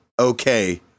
okay